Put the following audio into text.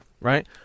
right